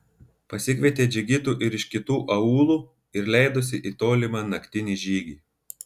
pasikvietė džigitų ir iš kitų aūlų ir leidosi į tolimą naktinį žygį